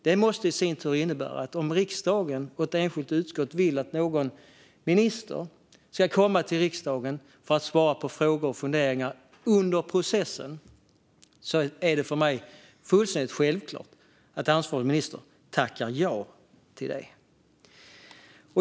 Det måste i sin tur innebära att om riksdagen och ett enskilt utskott vill att någon minister ska komma till riksdagen för att svara på frågor och funderingar under processen tackar ansvarig minister ja. Det är för mig fullständigt självklart.